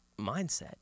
mindset